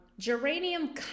Geranium